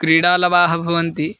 क्रीडालवः भवन्ति